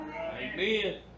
Amen